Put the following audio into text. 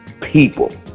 people